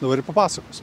dabar ir papasakosiu